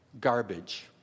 garbage